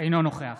אינו נוכח